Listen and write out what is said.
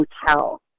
hotel